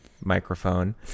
microphone